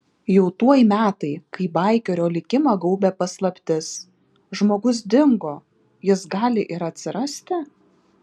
jau tuoj metai kai baikerio likimą gaubia paslaptis žmogus dingo jis gali ir atsirasti